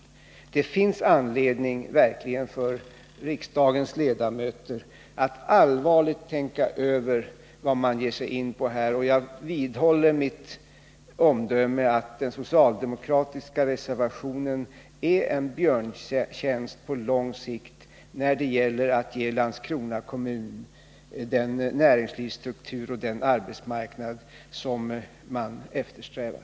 Det finns verkligen anledning för riksdagens ledamöter att allvarligt tänka över vad man här ger sig in på. Jag vidhåller mitt omdöme, att den socialdemokratiska reservationen är en björntjänst på lång sikt när det gäller att ge Landskrona kommun den näringslivsstruktur och den arbetsmarknad som man eftersträvar.